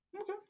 Okay